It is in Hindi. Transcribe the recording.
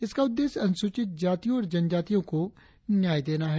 इसका उद्देश्य अनुसूचित जातियों और जनजातियों को न्याय देना है